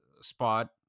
spot